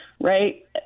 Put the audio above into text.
right